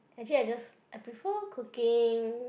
actually I just I prefer cooking